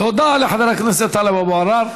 תודה לחבר הכנסת טלב אבו עראר.